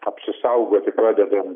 apsisaugoti pradedan